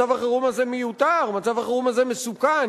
מצב החירום הזה מיותר, מצב החירום הזה מסוכן.